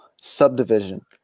subdivision